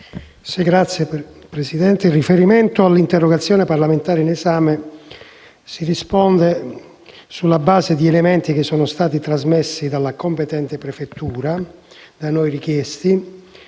Signor Presidente, in riferimento all'interrogazione parlamentare in esame, si risponde sulla base degli elementi trasmessi dalla competente prefettura e da noi richiesti.